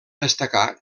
destacar